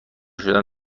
شدن